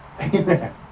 Amen